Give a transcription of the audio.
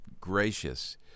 gracious